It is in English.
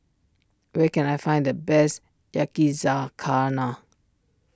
where can I find the best Yakizakana